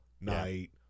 night